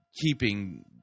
keeping